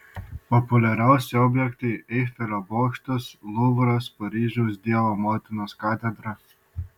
populiariausi objektai eifelio bokštas luvras paryžiaus dievo motinos katedra